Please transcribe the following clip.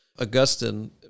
Augustine